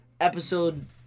episode